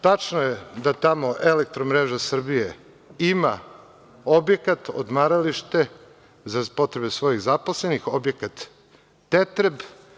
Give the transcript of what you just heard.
Tačno je da tamo „Elektromreža Srbije“ ima objekat, odmaralište za potrebe svojih zaposlenih, objekat „Tetreb“